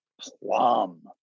plum